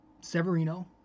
Severino